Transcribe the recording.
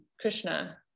Krishna